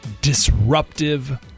disruptive